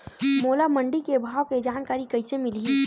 मोला मंडी के भाव के जानकारी कइसे मिलही?